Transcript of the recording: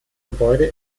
gebäude